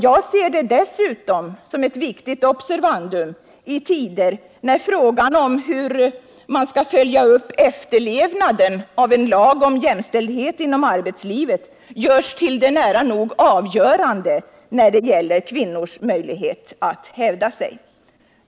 Jag ser det dessutom som ett viktigt observandum i tider när frågan om hur man skall följa upp efterlevnaden av en lag om jämställdhet i arbetslivet görs till det nära nog avgörande i fråga om kvinnors möjlighet att hävda sig.